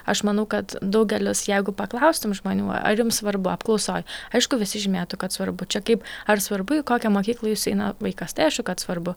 aš manau kad daugelis jeigu paklaustum žmonių ar jums svarbu apklausoj aišku visi žymėtų kad svarbu čia kaip ar svarbu į kokią mokyklą jūsų eina vaikas tai aišku kad svarbu